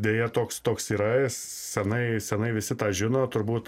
deja toks toks yra senai senai visi tą žino turbūt